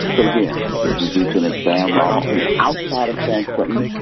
but again this is lieutenant sam robinson outside of san quentin,